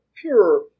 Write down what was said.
pure